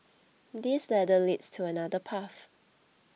this ladder leads to another path